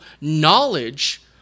knowledge